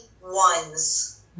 ones